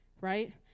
right